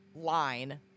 line